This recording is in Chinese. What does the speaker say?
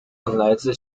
来自